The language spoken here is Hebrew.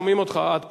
שומעים אותך עד פה.